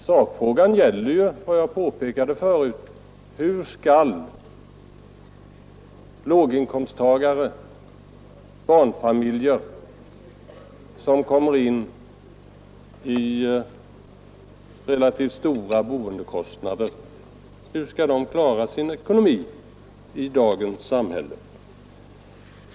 Jag har förut påpekat att sakfrågan gäller hur de låginkomsttagare och barnfamiljer som får relativt höga boendekostnader skall kunna klara sin ekonomi i dagens samhälle.